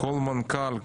כל מנכ"ל,